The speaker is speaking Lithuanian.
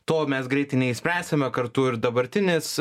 to mes greitai neišspręsime kartu ir dabartinis